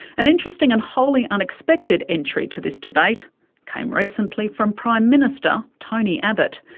an interesting and wholly unexpected entry to this debate came recently from prime minister tony abbot.